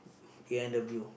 a-and-w